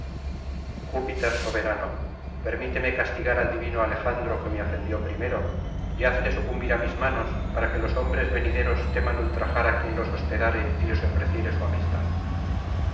júpiter soberano permíteme castigar al divino alejandro que me ofendió primero y hazle sucumbir á mis manos para que los hombres venideros teman ultrajar á quien los hospedare y les ofreciere su amistad